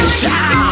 shout